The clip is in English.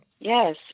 Yes